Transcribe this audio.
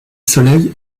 soleil